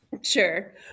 Sure